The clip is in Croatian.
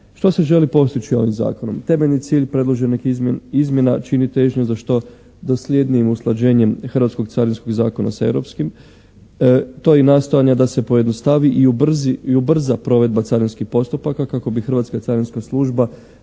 Što se želi postići ovim zakonom? Temeljni cilj predloženih izmjena čini težnju za što dosljednijim usklađenjem hrvatskog Carinskog zakona sa europskim. To i nastojanja da se pojednostavi i ubrza provedba carinskih postupaka kako bi Hrvatska carinska služba